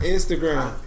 Instagram